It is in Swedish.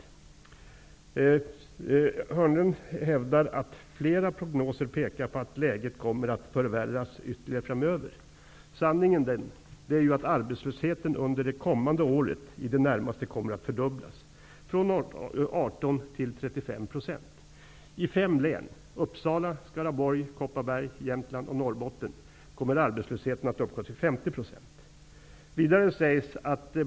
Börje Hörnlund hävdar att flera prognoser pekar på att läget kommer att förvärras ytterligare framöver. Sanningen är den att arbetslösheten under det kommande året i det närmaste kommer att fördubblas, från 18 % till Kopparberg, Jämtland och Norrbotten -- kommer arbetslösheten att uppgå till 50 %.